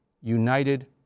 united